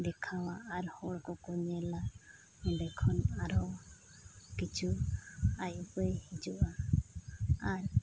ᱫᱮᱠᱷᱟᱣᱟ ᱟᱨ ᱦᱚᱲᱠᱚᱠᱚ ᱧᱮᱞᱟ ᱚᱸᱰᱮ ᱠᱷᱚᱱ ᱟᱨᱚ ᱠᱤᱪᱷᱩ ᱟᱭᱻᱩᱯᱟᱹᱭ ᱦᱤᱡᱩᱜᱼᱟ ᱟᱨ